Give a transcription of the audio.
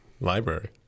library